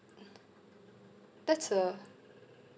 that's a